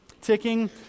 ticking